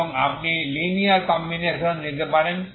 এবং আপনি linear combinations নিতে পারেন